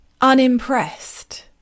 unimpressed